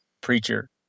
preacher